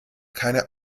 keine